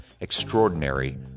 Extraordinary